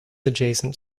adjacent